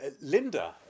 Linda